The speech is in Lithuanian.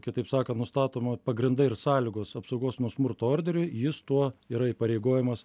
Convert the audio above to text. kitaip sakant nustatoma pagrindai ir sąlygos apsaugos nuo smurto orderiui jis tuo yra įpareigojamas